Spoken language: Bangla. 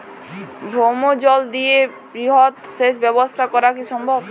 ভৌমজল দিয়ে বৃহৎ সেচ ব্যবস্থা করা কি সম্ভব?